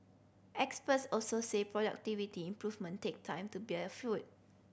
experts also say productivity improvement take time to bear fruit